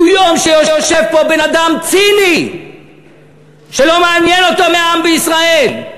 הוא יום שיושב פה בן-אדם ציני שלא מעניין אותו מהעם בישראל,